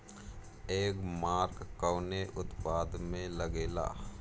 एगमार्क कवने उत्पाद मैं लगेला?